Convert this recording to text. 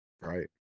Right